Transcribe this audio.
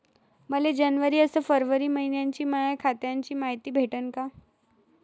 मले जनवरी अस फरवरी मइन्याची माया खात्याची मायती भेटन का?